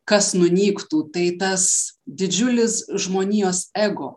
kas nunyktų tai tas didžiulis žmonijos ego